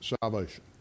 salvation